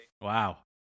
Wow